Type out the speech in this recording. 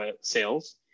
sales